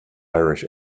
irish